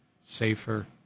safer